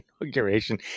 inauguration